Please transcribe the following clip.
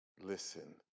listen